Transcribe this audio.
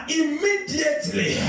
immediately